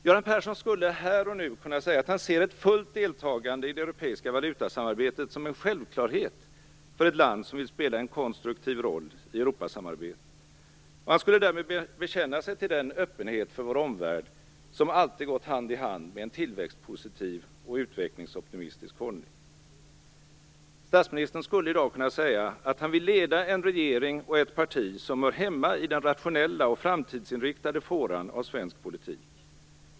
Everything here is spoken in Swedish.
Göran Persson skulle här och nu kunna säga att han ser ett fullt deltagande i det europeiska valutasamarbetet som en självklarhet för ett land som vill spela en konstruktiv roll i Europasamarbetet. Han skulle därmed bekänna sig till den öppenhet för vår omvärld som alltid gått hand i hand med en tillväxtpositiv och utvecklingsoptimistisk hållning. Statsministern skulle i dag kunna säga att han vill leda en regering och ett parti som hör hemma i den rationella och framtidsinriktade fåran av svensk politik.